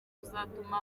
bizatuma